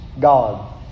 God